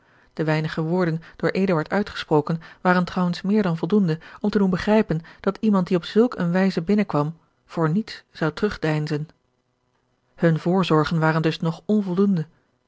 de weinige woorden door eduard uitgesproken waren trouwens meer dan voldoende om te doen begrijpen dat iemand die op zulk eene wijze binnenkwam voor niets zou terugdeinzen hunne voorzorgen waren dus nog onvoldoende